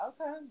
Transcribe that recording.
okay